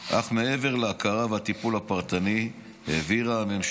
אך מעבר להכרה והטיפול הפרטני העבירה הממשלה